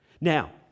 Now